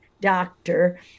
doctor